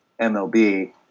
MLB